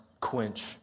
quench